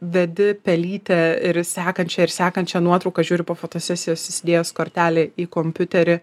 vedi pelytę ir sekančią ir sekančią nuotrauką žiūri po fotosesijos įsidėjęs kortelę į kompiuterį